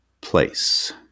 place